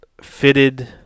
fitted